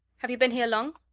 have you been here long?